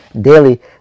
daily